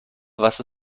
was